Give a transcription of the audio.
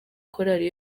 korali